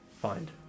find